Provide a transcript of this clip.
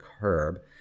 curb